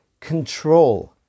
control